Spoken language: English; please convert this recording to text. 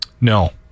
No